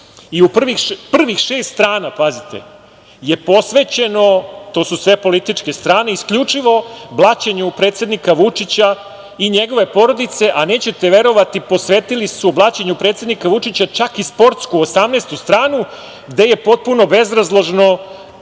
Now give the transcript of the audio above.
i prvih šest strana, pazite, je posvećeno, to su sve političke strane, isključivo blaćenju predsednika Vučića i njegove porodice. Nećete verovati, posvetili su blaćenju predsednika Vučića čak i sportsku, 18. stranu, gde je potpuno bezrazložno